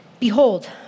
Behold